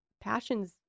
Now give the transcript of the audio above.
passions